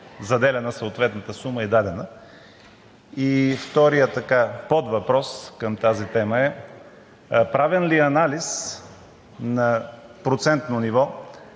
заделяна съответната сума и е дадена? И вторият подвъпрос към тази тема е: правен ли е анализ на процентно ниво,